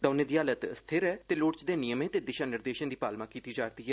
दौनें दी हालत स्थित ऐ ते लोड़चदे नियमें ते दिशा निर्देशों दी पालमा कीती जा'रदी ऐ